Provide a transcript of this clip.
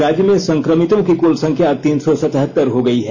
राज्य में संक्रमितों की कुल संख्या तीन सौ सतहत्तर हो गयी है